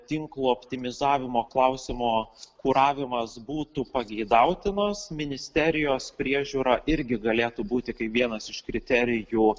tinklo optimizavimo klausimo kuravimas būtų pageidautinas ministerijos priežiūra irgi galėtų būti kaip vienas iš kriterijų